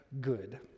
good